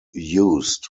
used